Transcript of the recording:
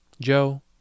Joe